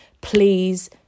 Please